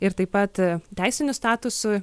ir taip pat teisiniu statusu